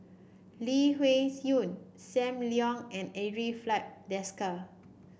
Lee Wung Yew Sam Leong and Andre Filipe Desker